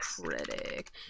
Critic